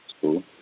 cool